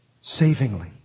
savingly